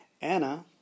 Anna